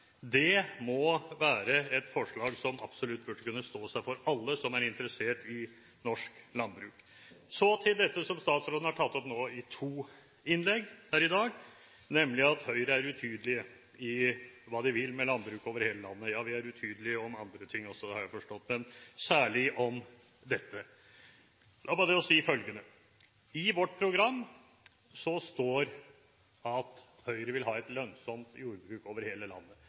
Det må være et forslag som absolutt burde kunne stå seg for alle som er interessert i norsk landbruk. Så til dette som statsråden nå har tatt opp i to innlegg her i dag, nemlig at Høyre er utydelig på hva vi vil med landbruket over hele landet – ja, vi er utydelig om andre ting også, har jeg forstått, men særlig om dette. Da må jeg si følgende: I vårt program står det at Høyre vil ha et lønnsomt jordbruk over hele landet.